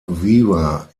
weaver